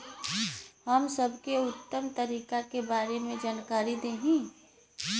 हम सबके उत्तम तरीका के बारे में जानकारी देही?